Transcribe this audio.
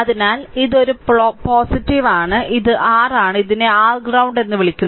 അതിനാൽ ഇത് ഒരു ആണ് ഇത് r ആണ് ഇതിനെ r ഗ്രൌണ്ട് എന്ന് വിളിക്കുന്നത്